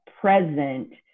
present